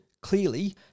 clearly